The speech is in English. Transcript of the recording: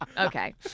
Okay